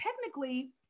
technically